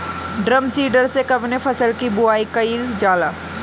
Drum seeder से कवने फसल कि बुआई कयील जाला?